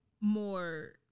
more